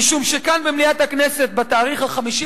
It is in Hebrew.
משום שכאן, במליאת הכנסת, ב-5 במאי,